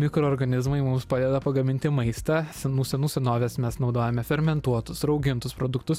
mikroorganizmai mums padeda pagaminti maistą senų senų senovės mes naudojame fermentuotus raugintus produktus